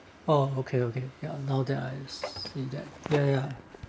oh okay okay ya now that I see that ya ya